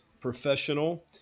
Professional